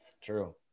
True